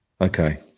Okay